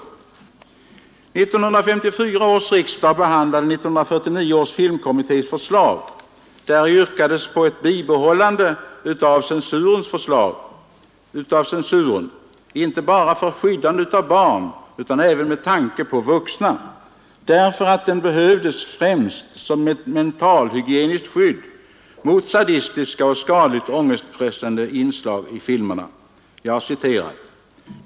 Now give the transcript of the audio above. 1954 års riksdag behandlade 1949 års filmkommittés förslag, vari yrkades på ett bibehållande av censuren inte bara för skyddande av barn utan även med tanke på vuxna, därför att den behövdes främst som mentalhygieniskt skydd mot sadistiska och skadligt ångestpressade inslag i filmerna.